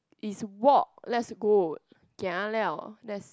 is walk let's go gia liao that's